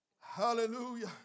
Hallelujah